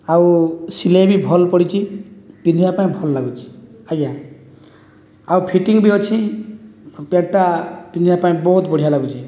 ଆଉ ସିଲେଇ ବି ଭଲ ପଡ଼ିଛି ପିନ୍ଧିବା ପାଇଁ ଭଲ ଲାଗୁଛି ଆଜ୍ଞା ଆଉ ଫିଟିଂ ବି ଅଛି ପ୍ୟାଣ୍ଟଟା ପିନ୍ଧିବା ପାଇଁ ବହୁତ ବଢ଼ିଆ ଲାଗୁଛି